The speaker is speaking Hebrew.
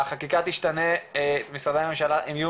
בסופו של דבר כדי שהחקיקה תשתנה משרדי הממשלה יהיו